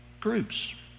groups